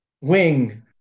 wing